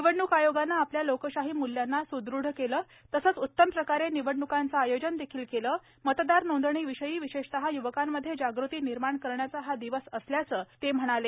निवडणूक आयोगानं आपल्या लोकशाही मुल्यांना सुदृढ केलं तसंच उत्तम प्रकारे निवडणुकांचं आयोजन देखील केलं मतदार नोंदणी विषयी विशेषतः य्वकांमध्ये जागृती निर्माण करण्याचा हा दिवस असल्याचं त्यांनी म्हटलं आहे